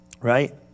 Right